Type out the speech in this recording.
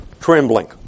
Trembling